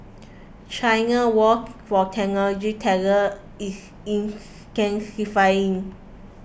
China's war for technology talent is intensifying